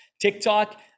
TikTok